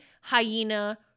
hyena